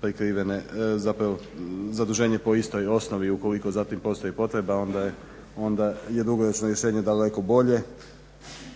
prikrivene, zapravo zaduženje po istoj osnovi ukoliko za tim postoji potreba. Onda je dugoročno rješenje daleko bolje,